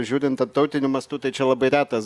žiūrint tarptautiniu mastu tai čia labai retas